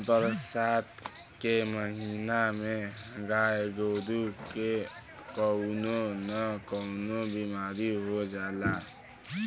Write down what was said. बरसात के महिना में गाय गोरु के कउनो न कउनो बिमारी हो जाला